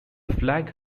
flag